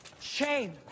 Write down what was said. Shame